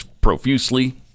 profusely